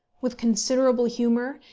with considerable humour,